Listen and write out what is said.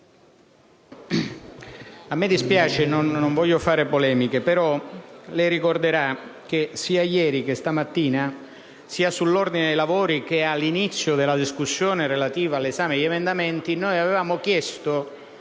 a me dispiace, non voglio fare polemiche, però lei ricorderà che sia ieri che stamattina, sia sull'ordine dei lavori che all'inizio della discussione relativa all'esame degli emendamenti, avevamo chiesto